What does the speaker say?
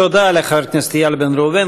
תודה לחבר הכנסת איל בן ראובן.